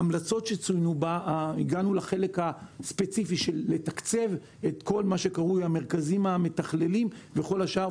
הגענו לחלק הספציפי של תקצוב המרכזים המתכללים וכל השאר,